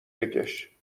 بکش